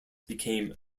became